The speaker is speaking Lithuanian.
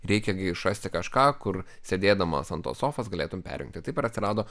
reikia išrasti kažką kur sėdėdamas ant tos sofos galėtum perjungti taip ir atsirado